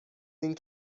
این